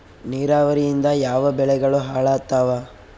ನಿರಾವರಿಯಿಂದ ಯಾವ ಬೆಳೆಗಳು ಹಾಳಾತ್ತಾವ?